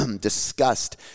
discussed